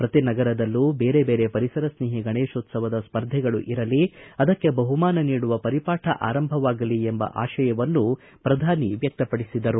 ಪ್ರತಿ ನಗರದಲ್ಲೂ ಬೇರೆ ಬೇರೆ ಪರಿಸರ ಸ್ನೇಹಿ ಗಣೇಶೋತ್ಸವದ ಸ್ಪರ್ಧೆಗಳು ಇರಲಿ ಅದಕ್ಕೆ ಬಹುಮಾನ ಕೊಡಲ್ಪಡಲಿ ಎಂಬ ಆಶಯವನ್ನು ಪ್ರಧಾನಿ ವ್ಯಕ್ತಪಡಿಸಿದರು